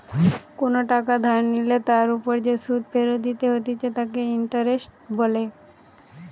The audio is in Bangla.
কোনো টাকা ধার নিলে তার ওপর যে সুধ ফেরত দিতে হতিছে তাকে ইন্টারেস্ট বলে